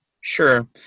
Sure